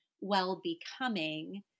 well-becoming